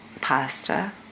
pasta